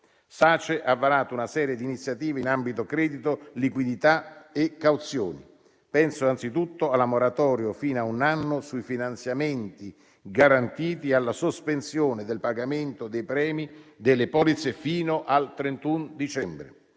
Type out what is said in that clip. Sace ha varato una serie di iniziative in ambito credito, liquidità e cauzioni. Penso anzitutto alla moratoria fino a un anno sui finanziamenti garantiti e alla sospensione del pagamento dei premi delle polizze fino al 31 dicembre.